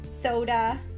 soda